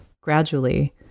Gradually